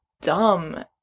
dumb